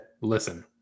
listen